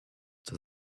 does